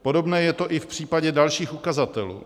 Podobné je to i v případě dalších ukazatelů.